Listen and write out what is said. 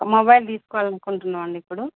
mobile తీసుకోవాలి అనుకుంటున్నామండి ఇప్పుడు